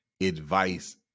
Advice